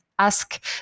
ask